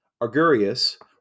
Argurius